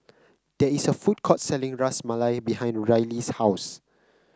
there is a food court selling Ras Malai behind Rylee's house